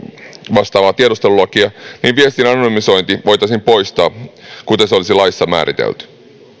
vastaavaa tiedustelulakia on ylittynyt niin viestin anonymisointi voitaisiin poistaa kuten se olisi laissa määritelty